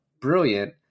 brilliant